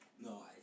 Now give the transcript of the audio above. No